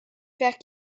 faire